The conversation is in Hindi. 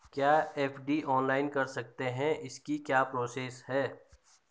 क्या एफ.डी ऑनलाइन कर सकते हैं इसकी क्या प्रोसेस है?